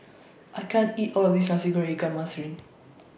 I can't eat All of This Nasi Goreng Ikan Masin